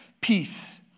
peace